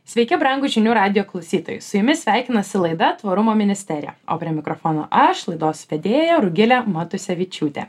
sveiki brangūs žinių radijo klausytojai su jumis sveikinasi laida tvarumo ministerija o prie mikrofono aš laidos vedėja rugilė matusevičiūtė